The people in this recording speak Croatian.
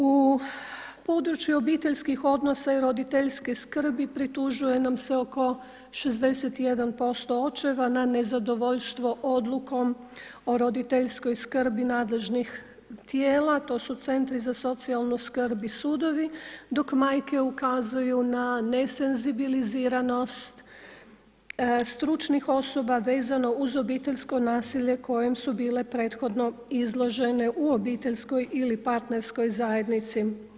U području obiteljskih odnosa i roditeljske skrbi pritužuje nam se oko 61% očeva na nezadovoljstvo odlukom o roditeljskoj skrbi nadležnih tijela, to su centri za socijalnu skrb i sudovi, dok majke ukazuju na nesenzibiliziranost stručnih osoba vezano uz obiteljsko nasilje kojem su bile prethodno izložene u obiteljskoj ili partnerskoj zajednici.